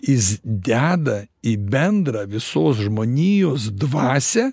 jis deda į bendrą visos žmonijos dvasią